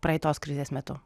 praeitos krizės metu